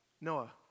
Noah